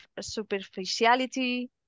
superficiality